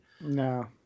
No